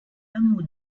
hameau